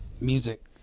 music